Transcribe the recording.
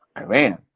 Iran